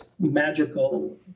magical